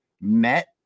met